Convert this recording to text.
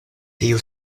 tiu